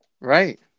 Right